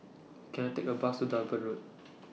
Can I Take A Bus to Durban Road